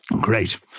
Great